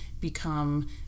become